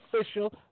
Official